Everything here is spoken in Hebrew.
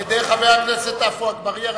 על-ידי חבר הכנסת עפו אגבאריה,